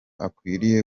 akwiriye